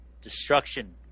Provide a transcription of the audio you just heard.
destruction